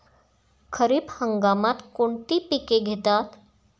खरीप हंगामात कोणती पिके घेतात?